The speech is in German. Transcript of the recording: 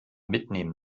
mitnehmen